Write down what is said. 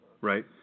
Right